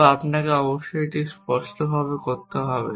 বা আপনাকে অবশ্যই এটি স্পষ্টভাবে করতে হবে